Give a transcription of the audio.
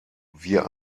wir